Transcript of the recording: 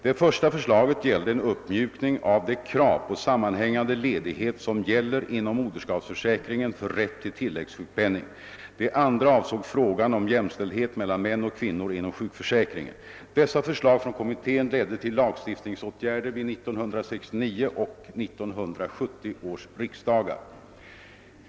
Det första förslaget gällde en uppmjukning av det krav på sammanhängande ledighet som gäller inom moderskapsförsäkringen för rätt till tilläggssjukpenning. Den andra avsåg frågan om jämställdhet mellan män och kvinnor inom sjukförsäkringen. Dessa förslag från kommittén ledde till lagstiftningsåtgärder vid 1969 och 1970 års riksdagar.